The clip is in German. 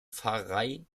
pfarrei